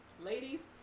Ladies